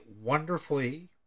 wonderfully